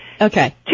Okay